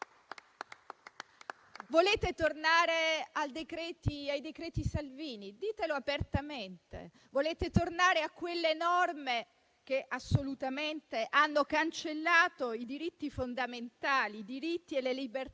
Volete tornare ai decreti Salvini? Ditelo apertamente. Volete tornare a quelle norme che assolutamente hanno cancellato i diritti fondamentali e le libertà